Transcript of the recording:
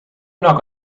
knock